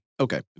Okay